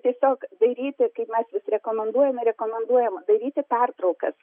tiesiog daryti kaip mes vis rekomenduojame rekomenduojame daryti pertraukas